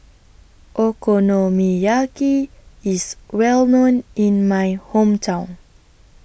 Okonomiyaki IS Well known in My Hometown